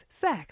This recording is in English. sex